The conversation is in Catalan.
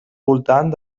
voltant